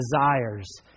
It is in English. desires